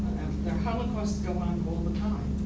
there are holocausts going on all the time.